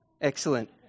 Excellent